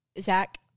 Zach